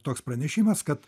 toks pranešimas kad